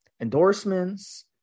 endorsements